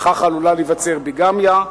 וכך עלולה להיווצר ביגמיה.